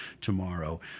tomorrow